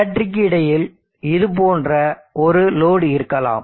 பேட்டரிக்கு இடையில் இது போன்ற ஒரு லோடு இருக்கலாம்